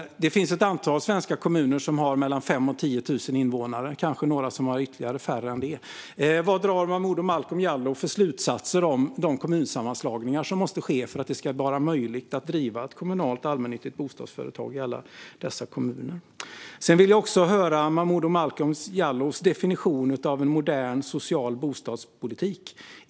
Det finns ett antal svenska kommuner som har mellan 5 000 och 10 000 invånare, och kanske ytterligare några som har ännu färre. Vad drar Momodou Malcolm Jallow för slutsatser om de kommunsammanslagningar som måste ske för att det ska vara möjligt att driva kommunala allmännyttiga bostadsföretag i alla dessa kommuner? Jag vill också höra Momodou Malcolm Jallows definition av en modern social bostadspolitik.